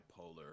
bipolar